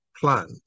plan